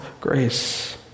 grace